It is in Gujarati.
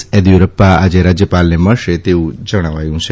યેદીરૂપ્પા આજે રાજયપાલને મળશે તેવુ જણાવાયું છે